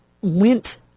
went